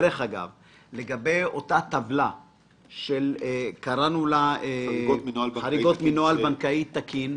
לגבי אותה טבלה שקראנו לה חריגות מנוהל בנקאי תקין,